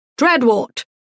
Dreadwort